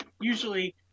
usually